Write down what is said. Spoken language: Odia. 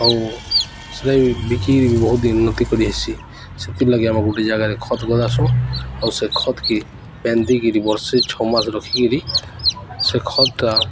ଆଉ ସେଟା ବି ବିକିକିରି ବି ବହୁତ ଉନ୍ନତି କରିହେସି ସେଥିର୍ଲାଗି ଆମେ ଗୋଟେ ଜାଗାରେ ଖତ ଗଦାସୁଁ ଆଉ ସେ ଖତ୍କେ ବାନ୍ଧିକିରି ବର୍ଷେ ଛଅମାସ ରଖିକିରି ସେ ଖତ୍ଟା